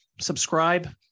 subscribe